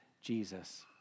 Jesus